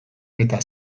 eta